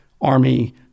army